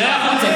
בושה.